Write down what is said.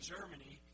Germany